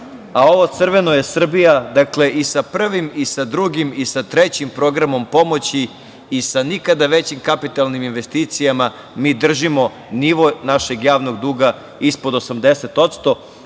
Ovo crveno je Srbija. Dakle, i sa prvim i sa drugim i sa trećim programom pomoći i sa nikada većim kapitalnim investicijama mi držimo nivo našeg javnog duga ispod 80%,